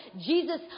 Jesus